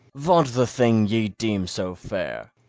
vaunt the thing ye deem so fair.